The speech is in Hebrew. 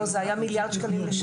לא, זה היה מיליארד שקלים לשנה.